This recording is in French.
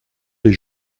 des